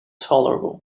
tolerable